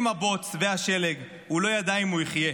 עם הבוץ והשלג, הוא לא ידע אם הוא יחיה.